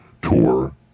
tour